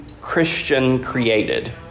Christian-created